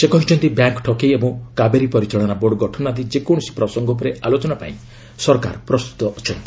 ସେ କହିଛନ୍ତି ବ୍ୟାଙ୍କ ଠକେଇ ଏବଂ କାବେରୀ ପରିଚାଳନା ବୋର୍ଡ ଗଠନ ଆଦି ଯେକୌଣସି ପ୍ରସଙ୍ଗ ଉପରେ ଆଲୋଚନା ପାଇଁ ସରକାର ପ୍ରସ୍ତୁତ ଅଛନ୍ତି